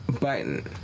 button